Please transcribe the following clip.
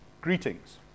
greetings